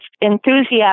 enthusiastic